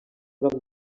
groc